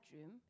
room